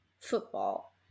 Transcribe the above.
football